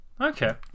Okay